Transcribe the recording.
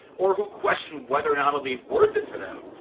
or who question whether or not it'll be worth it for them,